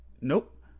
Nope